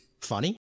Funny